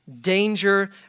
danger